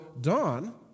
dawn